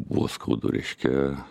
buvo skaudu reiškia